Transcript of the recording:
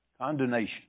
condemnation